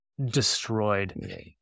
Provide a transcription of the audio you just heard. destroyed